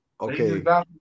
Okay